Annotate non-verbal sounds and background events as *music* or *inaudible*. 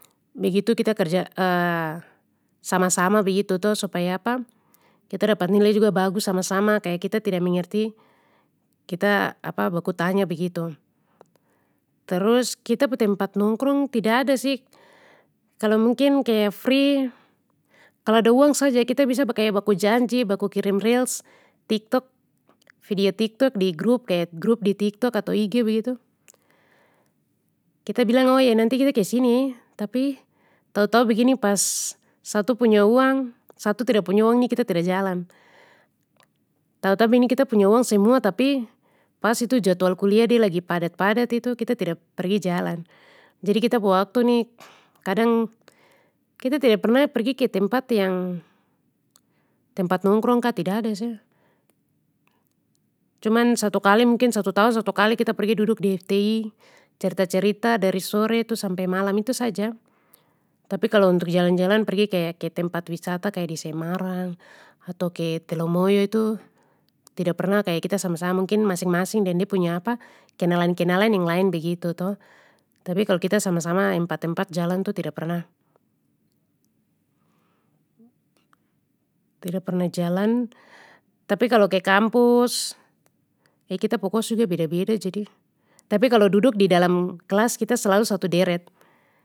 Begitu kita kerja *hesitation* sama sama begitu tu supaya *hesitation* kita dapat nilai juga bagus sama sama kaya kita tida mengerti kita *hesitation* baku tanya begitu. Terus kita pu tempat nongkrong tidada sih, kalo mungkin kaya free, kalo ada uang saja kita biasa pakai baku janji baku kirim reels tiktok, video tiktok di grup kaya grup di tiktok atau ig begitu. Kita bilang oh iyo nanti kita kesini, tapi tahu tahu begini pas satu punya satu tida punya uang ni kita tida jalan. *unintelligible* kita punya uang semua tapi pas itu jadwal kuliah de lagi padat padat itu kita tida pergi jalan, jadi kita pu waktu ni kadang, kita tida pernah pergi ke tempat yang, tempat nongkrong kah tidada sih. Cuman satu kali mungkin satu tahun satu kali kita pergi duduk di fti, cerita cerita dari sore tu sampe malam itu saja, tapi kalo untuk jalan jalan pergi ke-ke tempat wisata kaya di semarang, atau ke telemoyo itu tida pernah kaya kita sama sama mungkin masing masing deng de punya *hesitation* kenalan kenalan yang lain begitu to, tapi kalo kita sama sama empat empat jalan tu tida pernah. Tida pernah jalan, tapi kalo ke kampus, ih kita pu kos juga beda beda jadi, tapi kalo duduk di dalam kelas kita selalu satu deret.